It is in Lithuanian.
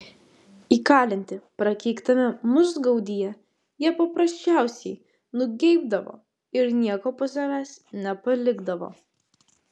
įkalinti prakeiktame musgaudyje jie paprasčiausiai nugeibdavo ir nieko po savęs nepalikdavo